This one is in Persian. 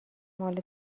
مال